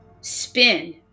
spin